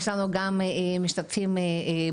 יש לנו גם משתתפים בזום.